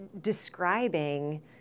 describing